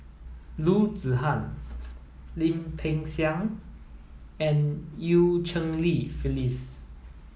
Loo Zihan Lim Peng Siang and Eu Cheng Li Phyllis